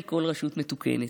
כמצופה מכל רשות מתוקנת.